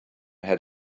had